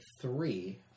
three